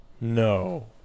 no